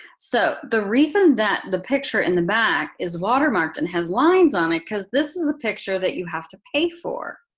so the reason that the picture in the back is water marked and has lines on it is because this is a picture that you have to pay for.